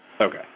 Okay